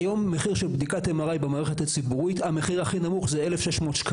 היום המחיר הכי נמוך של בדיקת MRI במערכת הציבורית זה 1,600 שקלים,